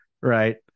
right